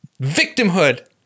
Victimhood